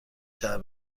شهر